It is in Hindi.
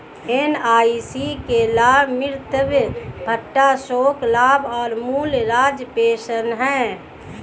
एन.आई.सी के लाभ मातृत्व भत्ता, शोक लाभ और मूल राज्य पेंशन हैं